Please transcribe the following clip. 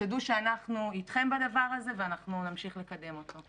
ותדעו שאנחנו אתכם בדבר הזה ואנחנו נמשיך לקדם אותו.